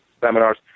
seminars